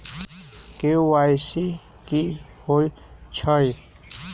KYC कि होई छई?